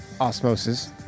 osmosis